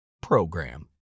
PROGRAM